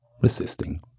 resisting